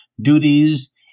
duties